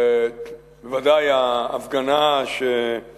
ודאי ההפגנה או